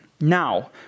Now